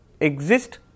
exist